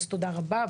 אז תודה רבה.